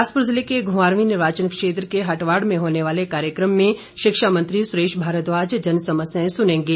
बिलासपुर जिले के घुमारवीं निर्वाचन क्षेत्र के हटवाड़ में होने वाले कार्यक्रम में शिक्षा मंत्री सुरेश भारद्वाज जनसमस्याए सुनेंगे